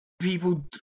people